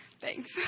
Thanks